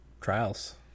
Trials